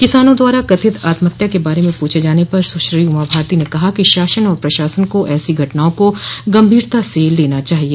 किसानों द्वारा कथित आत्महत्या के बारे में पूछे जाने पर सुश्री उमा भारती ने कहा कि शासन और प्रशासन को ऐसी घटनाओं को गंभीरता से लेना चाहिए